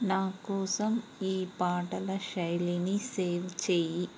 నా కోసం ఈ పాటల శైలిని సేవ్ చెయ్యి